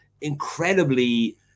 incredibly